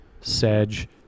Sedge